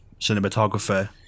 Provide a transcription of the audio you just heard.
cinematographer